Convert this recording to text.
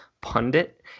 Pundit